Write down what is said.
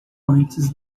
antes